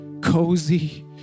cozy